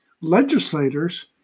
legislators